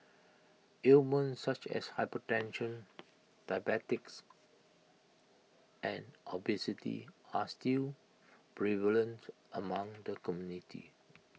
ailments such as hypertension diabetics and obesity are still prevalent among the community